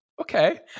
okay